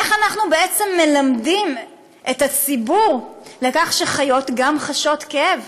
איך אנחנו בעצם מלמדים את הציבור שגם חיות חשות כאב?